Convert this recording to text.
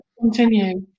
Continue